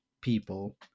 people